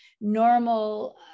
normal